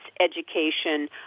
education